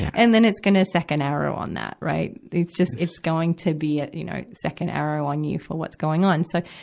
and then it's gonna second arrow on that, right. it's just, it's going to be a, you know, second arrow on you for what's going on. so,